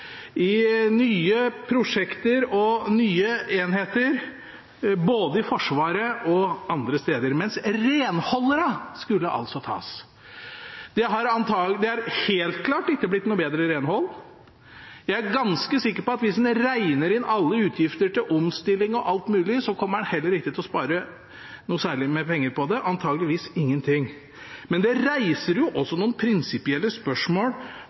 i nye prosjekter og nye enheter, både i Forsvaret og andre steder – men renholderne skulle altså tas. Det har helt klart ikke blitt noe bedre renhold. Jeg er ganske sikker på at hvis en regner inn alle utgifter til omstilling og alt mulig, kommer en heller ikke til å spare noe særlig med penger på det, antageligvis ingenting. Men det reiser også noen prinsipielle spørsmål